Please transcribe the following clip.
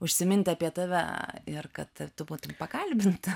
užsiminti apie tave ir kad tu būtum pakalbinta